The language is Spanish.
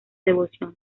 devoción